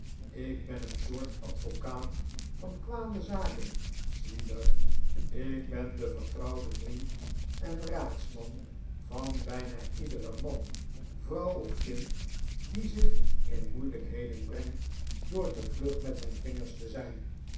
ik ben een soort advocaat van kwade zaken slider ik ben de vertrouwde vriend en raadsman van bijna iederen man vrouw of kind die zich in moeilijkheden brengt door te vlug met zijn vingers te zijn